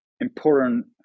important